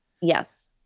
yes